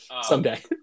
someday